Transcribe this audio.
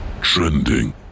Trending